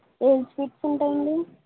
ఏం స్వీట్స్ ఉంటాయండి